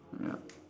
ya